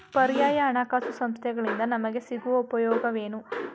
ಪರ್ಯಾಯ ಹಣಕಾಸು ಸಂಸ್ಥೆಗಳಿಂದ ನಮಗೆ ಸಿಗುವ ಉಪಯೋಗವೇನು?